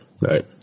Right